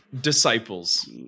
Disciples